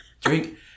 Drink